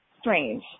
strange